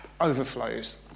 overflows